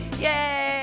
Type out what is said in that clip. Yay